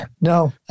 no